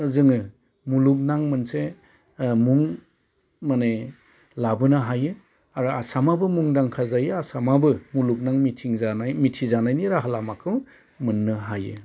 जोङो मुलुगनां मोनसे मुं माने लाबोनो हायो आरो आसामाबो मुंदांखा जायो आसामाबो मुलागनां मिथिजानायनि राहा लामाखौ मोननो हायो